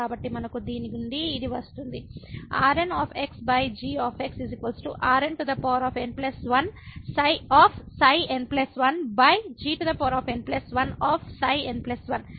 కాబట్టి మనకు దీని నుండి ఇది వస్తుంది ⇒Rng Rnn1ξ n1gn1ξ n1 x0 ξn1 ξn